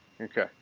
Okay